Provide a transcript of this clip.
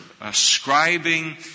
ascribing